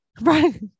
right